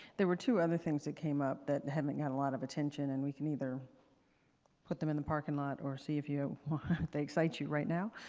there were two other things that came up that haven't gotten a lot of attention and we can either put them in a parking lot or see if you want they excite you right now.